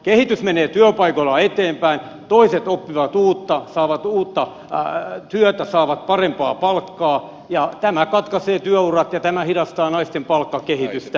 kehitys menee työpaikoilla eteenpäin toiset oppivat uutta saavat uutta työtä saavat parempaa palkkaa ja tämä katkaisee työurat ja tämä hidastaa naisten palkkakehitystä